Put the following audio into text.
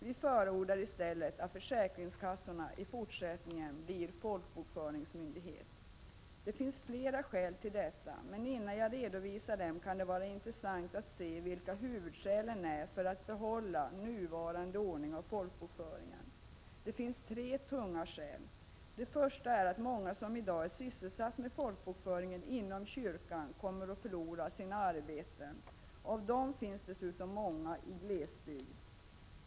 Vi förordar i stället att försäkringskassorna i fortsättningen blir folkbokföringsmyndighet. Det finns flera skäl till detta, men innan jag redovisar dem kan det vara intressant att redovisa vilka huvudskälen är för att behålla nuvarande ordning när det gäller folkbokföringen. Det finns tre tunga skäl. Det första är att många som i dag är sysselsatta med folkbokföringen inom kyrkan kommer att förlora sina arbeten. Av dessa finns dessutom många i glesbygd.